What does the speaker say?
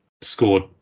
scored